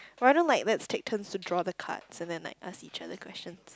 why don't like let's take turn to draw the cards and then like ask each other questions